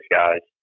guys